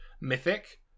mythic